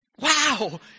Wow